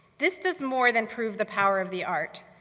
this does more than prove the power of the art.